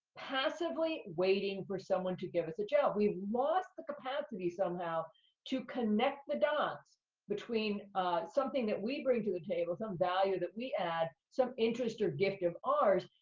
passively waiting for someone to give us a job. we've lost the capacity somehow to connect the dots between something that we bring to the table, some value that we add, some interest or gift of ours,